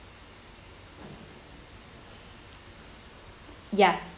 ya